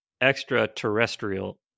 extraterrestrial